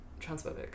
transphobic